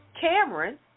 Cameron